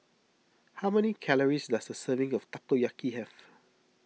how many calories does a serving of Takoyaki have